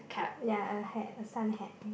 ya and a hat a sun hat